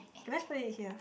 okay let's put it here